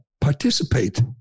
participate